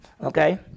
Okay